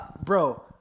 bro